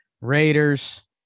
Raiders